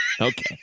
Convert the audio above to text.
Okay